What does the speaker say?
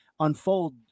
unfold